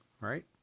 right